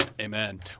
Amen